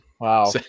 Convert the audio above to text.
Wow